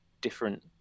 different